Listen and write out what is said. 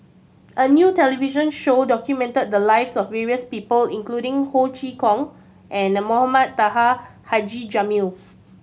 a new television show documented the lives of various people including Ho Chee Kong and Mohamed Taha Haji Jamil